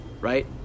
right